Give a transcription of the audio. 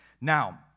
Now